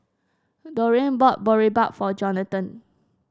Dorene bought Boribap for Jonathon